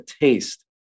taste